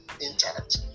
intact